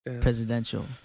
presidential